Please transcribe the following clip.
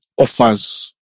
offers